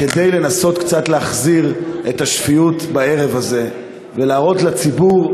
כדי לנסות קצת להחזיר את השפיות בערב הזה ולהראות לציבור,